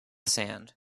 sand